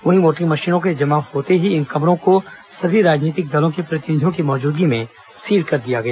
वहीं वोटिंग मशीनों के जमा होते ही इन कमरों को सभी राजनीतिक दलों के प्रतिनिधियों की मौजूदगी में सील कर दिया गया